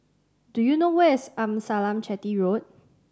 do you know where is Amasalam Chetty Road